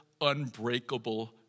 unbreakable